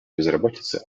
безработицы